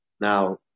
Now